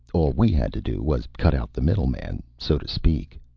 all we had to do was cut out the middleman, so to speak.